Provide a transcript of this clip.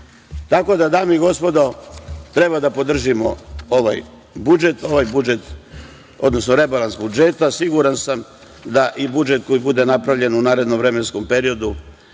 da, dame i gospodo, treba da podržimo ovaj rebalans budžeta. Siguran sam da i budžet koji bude napravljen u narednom vremenskom periodu,